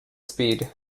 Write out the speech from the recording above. speed